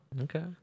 okay